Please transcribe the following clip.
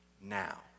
now